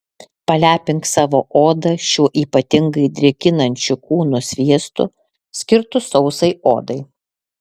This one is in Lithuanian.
palepink savo odą šiuo ypatingai drėkinančiu kūno sviestu skirtu sausai odai